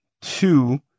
two